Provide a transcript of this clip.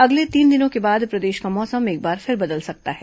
अगले तीन दिनों के बाद प्रदेश का मौसम एक बार फिर बदल सकता है